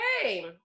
okay